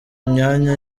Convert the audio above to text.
myanya